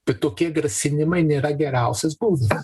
bet tokie grasinimai nėra geriausias būdas